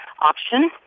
option